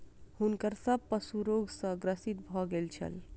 हुनकर सभ पशु रोग सॅ ग्रसित भ गेल छल